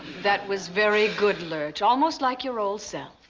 that was very good, lurch. almost like your old self.